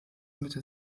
mitte